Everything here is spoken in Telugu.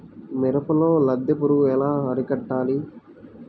మిరపలో లద్దె పురుగు ఎలా అరికట్టాలి?